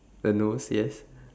the nose yes